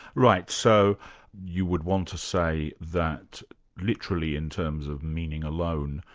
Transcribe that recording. right, so you would want to say that literally in terms of meaning alone,